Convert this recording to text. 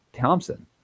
Thompson